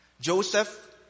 Joseph